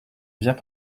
viens